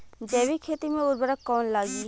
जैविक खेती मे उर्वरक कौन लागी?